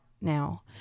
now